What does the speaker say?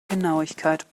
genauigkeit